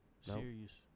Serious